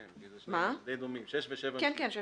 ו-7.